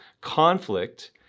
Conflict